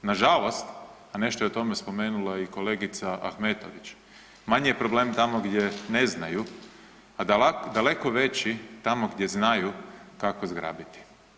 Nažalost, a nešto o tome je spomenula i kolegica Ahmetović, manji je problem tamo gdje ne znaju, a daleko veći, tamo gdje znaju kako zgrabiti.